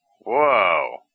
Whoa